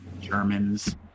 Germans